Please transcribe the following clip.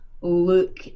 look